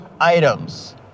items